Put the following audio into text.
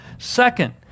Second